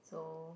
so